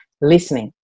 listening